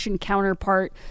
Counterpart